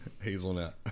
Hazelnut